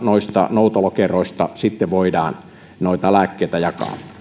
noutolokeroista sitten voidaan lääkkeitä jakaa